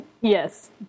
Yes